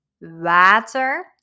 Water